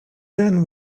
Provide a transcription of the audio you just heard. then